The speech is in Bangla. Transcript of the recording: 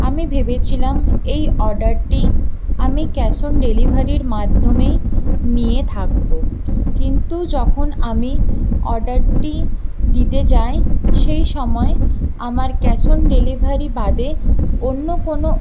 আমি ভেবেছিলাম এই অর্ডারটি আমি ক্যাশ অন ডেলিভারির মাধ্যমেই নিয়ে থাকবো কিন্তু যখন আমি অর্ডারটি দিতে যাই সেই সময় আমার ক্যাশ অন ডেলিভারি বাদে অন্য কোনো